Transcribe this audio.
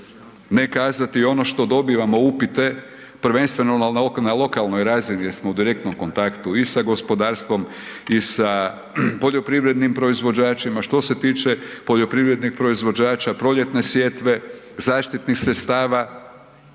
ne kazati ono što dobivamo upite, prvenstveno na lokalnoj razini jer smo u direktnom kontaktu i sa gospodarstvom i sa poljoprivrednim proizvođačima što se tiče poljoprivrednih proizvođača, proljetne sjetve, zaštitnih sredstava